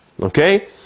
Okay